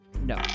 No